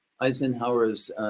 Eisenhower's